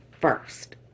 first